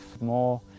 more